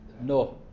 No